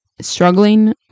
struggling